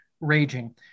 raging